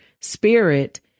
spirit